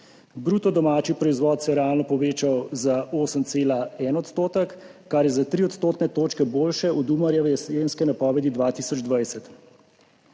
Bruto domači proizvod se je realno povečal za 8,1 %, kar je za 3 odstotne točke boljše od Umarjeve jesenske napovedi 2020.